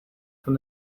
van